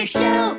show